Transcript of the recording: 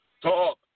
Talk